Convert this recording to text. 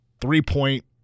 three-point